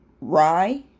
rye